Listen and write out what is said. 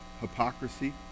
hypocrisy